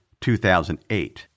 2008